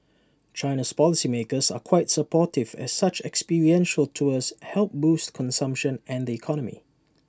China's policy makers are quite supportive as such experiential tours help boost consumption and the economy